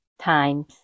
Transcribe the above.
times